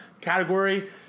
category